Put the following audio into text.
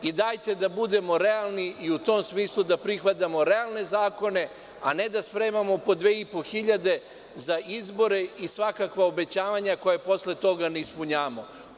Dajte da budemo realni i da u tom smislu da prihvatamo realne zakone, a ne da spremamo po 2.500 za izbore i svakakva obećanja koja posle ne ispunimo.